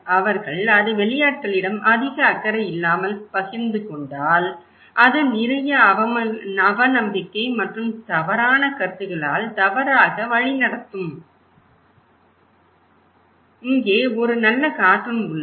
அவர்கள் அதை வெளியாட்களிடம் அதிக அக்கறை இல்லாமல் பகிர்ந்து கொண்டால் அது நிறைய அவநம்பிக்கை மற்றும் தவறான கருத்துக்களால் தவறாக வழிநடத்தும் இங்கே ஒரு நல்ல கார்ட்டூன் உள்ளது